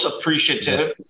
appreciative